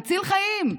מציל חיים,